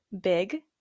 big